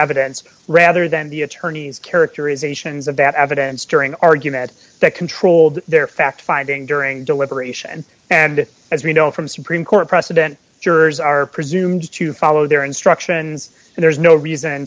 evidence rather than the attorney's characterizations of that evidence during argument that controlled their fact finding during deliberation and as we know from supreme court precedents jurors are presumed to follow d their instructions and there's no reason